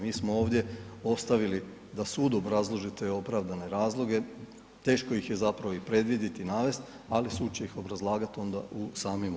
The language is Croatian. Mi smo ovdje ostavili da sud obrazloži te opravdane razloge, teško ih je zapravo predvidjeti i navesti, ali sud će ih obrazlagati onda u samim odlukama.